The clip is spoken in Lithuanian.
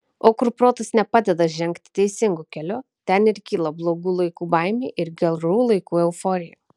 o kur protas nepadeda žengti teisingu keliu ten ir kyla blogų laikų baimė ir gerų laikų euforija